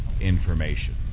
information